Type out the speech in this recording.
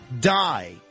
die